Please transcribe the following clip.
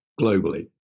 globally